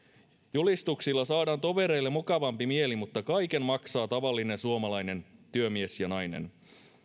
julistuksilla saadaan tovereille mukavampi mieli mutta kaiken maksaa tavallinen suomalainen työmies ja nainen